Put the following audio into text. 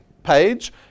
page